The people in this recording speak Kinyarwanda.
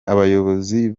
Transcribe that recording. abayobozi